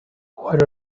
what